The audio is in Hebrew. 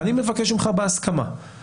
אני מבקש ממך בהסכמה;